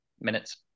minutes